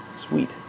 sweet.